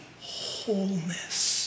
wholeness